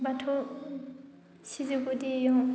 बाथौ सिजौ गुदियाव